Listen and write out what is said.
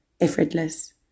effortless